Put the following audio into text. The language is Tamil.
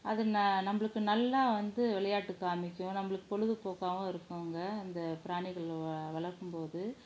அது ந நம்மளுக்கு நல்லா வந்து விளையாட்டு காமிக்கும் நம்மளுக்கு பொழுதுபோக்காகவும் இருக்குதுங்க இந்த பிராணிகள் வ வளர்க்கும்போது